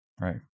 Right